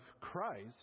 Christ